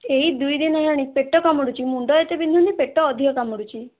ଏଇ ଦୁଇ ଦିନ ହେଲାଣି ପେଟ କାମୁଡ଼ୁଛି ମୁଣ୍ଡ ଏତେ ବିନ୍ଧୁନି ପେଟ ଅଧିକ କାମୁଡ଼ୁଛି